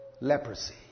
leprosy